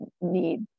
need